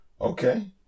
okay